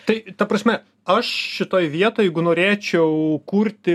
tai ta prasme aš šitoj vietoj jeigu norėčiau kurti